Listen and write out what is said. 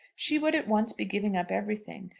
she would at once be giving up everything.